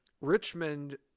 Richmond